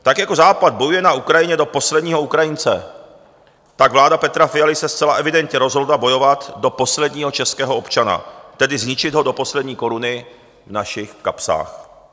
Tak jako Západ bojuje na Ukrajině do posledního Ukrajince, tak vláda Petra Fialy se zcela evidentně rozhodla bojovat do posledního českého občana, tedy zničit ho do poslední koruny v našich kapsách.